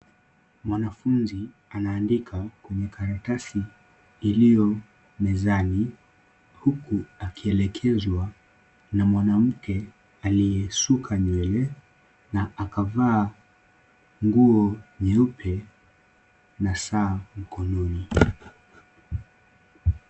Mwanafunzi anandika kwenye karatasi iliyo mezani huku akielekezwa na mwanamke aliyesuka nywele na akavaa nguo nyeupe na saa mkononi.